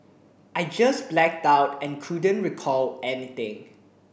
I just blacked out and couldn't recall anything